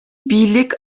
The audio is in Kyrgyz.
бийлик